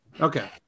Okay